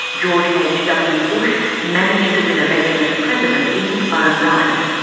george h. w. bush managed to win election as president in his own right.